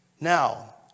Now